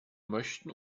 möchten